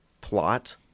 plot